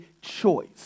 choice